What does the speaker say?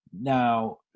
Now